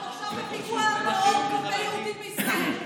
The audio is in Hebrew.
אנחנו עכשיו בפיגוע טרור כלפי יהודים בישראל.